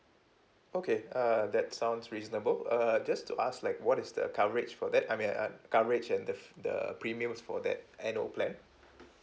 okay uh that sounds reasonable uh just to ask like what is the coverage for that I mean uh coverage and the f~ the premiums for that annual plan